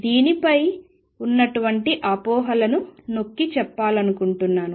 దీనిపై ఉన్నటువంటి అపోహలను నొక్కి చెప్పాలనుకుంటున్నాను